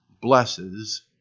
blesses